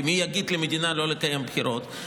כי מי יגיד למדינה לא לקיים בחירות,